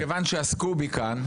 כיוון שעסקו בי כאן,